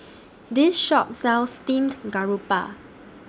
This Shop sells Steamed Garoupa